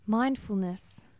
Mindfulness